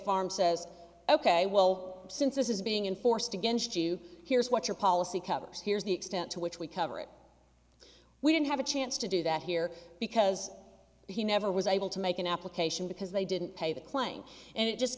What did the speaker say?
farm says ok well since this is being enforced against you here's what your policy covers here's the extent to which we cover it we didn't have a chance to do that here because he never was able to make an application because they didn't pay the claim and it just